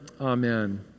Amen